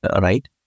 right